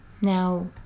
now